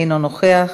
אינו נוכח,